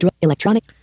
electronic